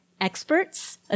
experts